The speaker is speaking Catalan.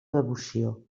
devoció